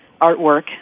artwork